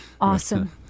Awesome